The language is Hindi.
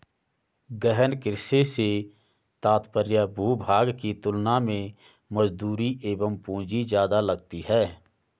गहन कृषि से तात्पर्य भूभाग की तुलना में मजदूरी एवं पूंजी ज्यादा लगती है